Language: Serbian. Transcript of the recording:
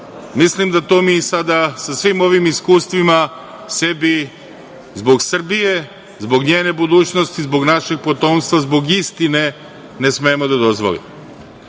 mislim da to mi sada, sa svim ovim iskustvima, sebi, zbog Srbije, zbog njene budućnosti, zbog našeg potomstva, zbog istine, ne smemo da dozvolimo. Predlog